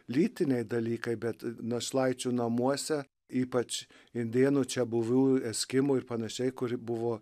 lytiniai dalykai bet našlaičių namuose ypač indėnų čiabuvių eskimų ir pan kuri buvo